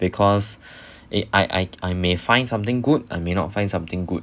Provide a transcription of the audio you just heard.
because I I may find something good I may not find something good